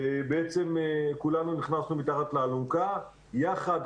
בעצם כולנו נכנסנו מתחת לאלונקה יחד,